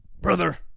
brother